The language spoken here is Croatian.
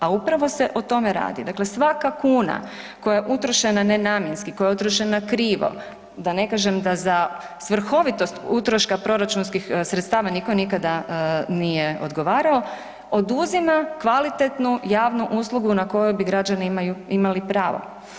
A upravo se o tome radi, dakle, svaka kuna koja je utrošena nenamjenski, koja je utrošena krivo, da ne kažem da za svrhovitost utroška proračunskih sredstava nitko nikada nije odgovarao, oduzima kvalitetnu javnu uslugu na kojoj bi građani imali pravo.